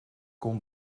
kon